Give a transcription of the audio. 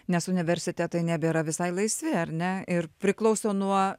nes universitetai nebėra visai laisvi ar ne ir priklauso nuo